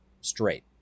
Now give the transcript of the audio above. straight